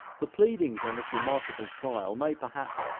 the pleadings on this remarkable trial may, perhaps,